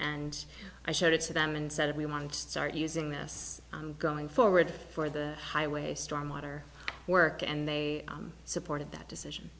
and i showed it to them and said we want to start using this going forward for the highway stormwater work and they supported that decision